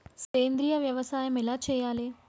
సేంద్రీయ వ్యవసాయం ఎలా చెయ్యాలే?